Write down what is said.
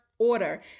Order